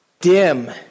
dim